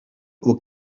aux